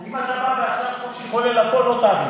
אם אתה בא בהצעת חוק שכוללת הכול, לא תעביר.